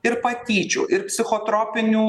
ir patyčių ir psichotropinių